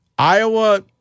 Iowa